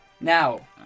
Now